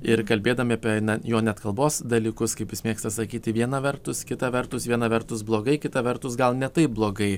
ir kalbėdami apie jo net kalbos dalykus kaip jis mėgsta sakyti viena vertus kita vertus viena vertus blogai kita vertus gal ne taip blogai